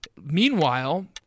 Meanwhile